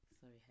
Sorry